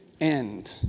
end